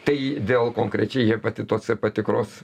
tai dėl konkrečiai hepatito c patikros